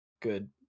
good